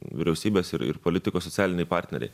vyriausybės ir ir politikos socialiniai partneriai